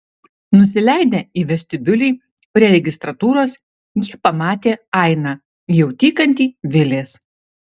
nusileidę į vestibiulį prie registratūros jie pamatė ainą jau tykantį vilės